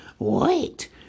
Wait